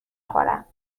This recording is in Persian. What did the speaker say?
خورم